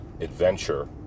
adventure